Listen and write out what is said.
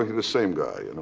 the same guy,